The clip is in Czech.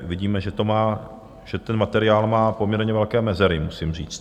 Vidíme, že ten materiál má poměrně velké mezery, musím říct.